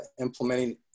implementing